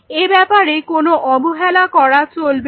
এ ব্যাপারে কোন অবহেলা করা চলবে না